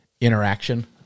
interaction